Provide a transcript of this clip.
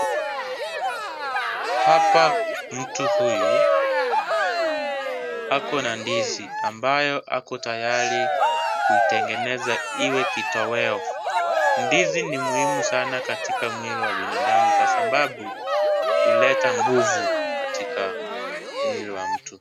Hapa mtu huyu, ako na ndizi ambayo ako tayari kuitengeneza iwe kitoweo. Ndizi ni muhimu sana katika mwili wa binadamu kwa sababu huleta nguvu katika mwili wa mtu.